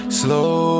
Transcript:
slow